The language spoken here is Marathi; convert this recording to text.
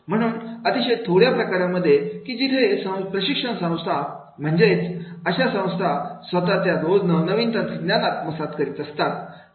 म्हणून अतिशय थोड्या प्रकारांमध्ये की जिथे प्रशिक्षण संस्था म्हणजेच अशा संस्था स्वतः ज्या रोज नवनवीन तंत्रज्ञान आत्मसात करीत असतात